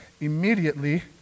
immediately